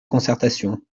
concertation